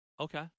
Okay